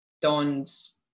Don's